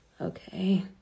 Okay